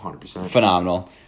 phenomenal